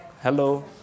Hello